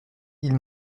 ils